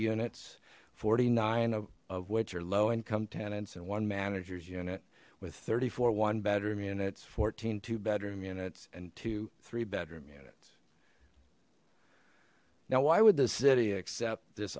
units forty nine of which are low income tenants and one managers unit with thirty four one bedroom units fourteen two bedroom units and two three bedroom units now why would the city accept this